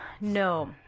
No